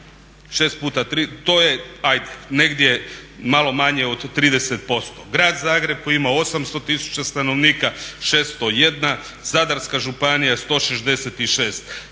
otpada 1455. To je negdje malo manje od 30%. Grad Zagreb koji ima 800 000 stanovništva 601, Zadarska županija 166.